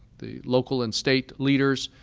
the local and state leaders,